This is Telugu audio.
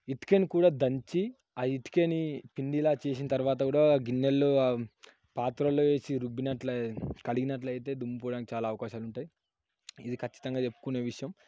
ఇటుకను కూడా దంచి ఆ ఇటుకని పిండిలాగా చేసిన తరువాత కూడా గిన్నెలో ఆ పాత్రల్లో వేసి రుబ్బినట్లు కడిగినట్టు అయితే దుమ్ము పోవడానికి చాలా అవకాశాలు ఉంటాయి ఇది ఖచ్చితంగా చెప్పుకునే విషయం